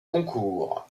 concours